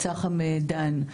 מצח"מ דן,